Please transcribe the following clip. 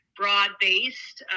broad-based